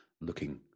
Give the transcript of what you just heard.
looking